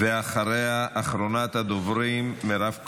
אחריה, אחרונת הדוברים, מירב כהן.